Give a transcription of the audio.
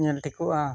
ᱧᱮᱞ ᱴᱷᱤᱠᱚᱜᱼᱟ